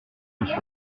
dessus